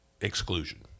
exclusion